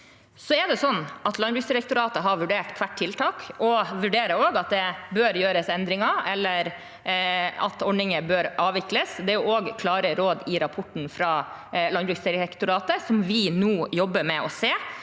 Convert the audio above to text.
i ordningen. Landbruksdirektoratet har vurdert hvert tiltak, og vurderer også at det bør gjøres endringer, eller at ordninger bør avvikles. Det er også klare råd i rapporten fra Landbruksdirektoratet, som vi nå jobber med, om